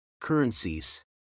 currencies